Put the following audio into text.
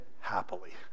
happily